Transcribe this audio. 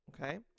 okay